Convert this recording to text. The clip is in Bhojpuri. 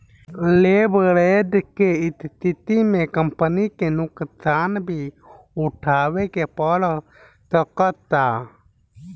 लेवरेज के स्थिति में कंपनी के नुकसान भी उठावे के पड़ सकता